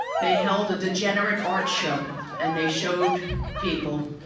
they held a degenerate art show and they showed people,